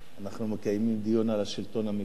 אנחנו מקיימים דיון על השלטון המקומי,